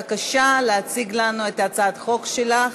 בבקשה להציג לנו את הצעת החוק שלך.